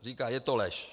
Říká: Je to lež.